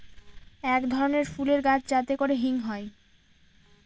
এক ধরনের ফুলের গাছ যাতে করে হিং হয়